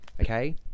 Okay